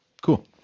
Cool